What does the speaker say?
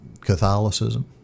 Catholicism